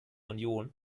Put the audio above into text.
union